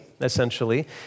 essentially